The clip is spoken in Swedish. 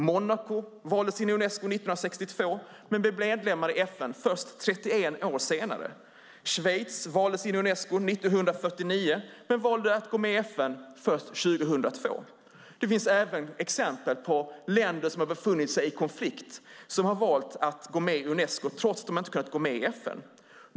Monaco valdes in i Unesco 1962 men blev medlem i FN först 31 år senare. Schweiz valdes in i Unesco 1949 men valde att gå med i FN först 2002. Det finns även exempel på länder som har befunnit sig i konflikt som har valt att gå med i Unesco, trots att de inte har kunnat gå med i FN.